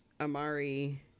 Amari